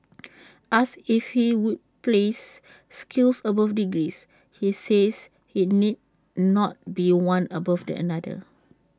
asked if he would place skills above degrees he says IT need not be one above the another